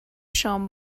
شام